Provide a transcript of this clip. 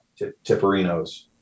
tipperinos